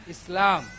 Islam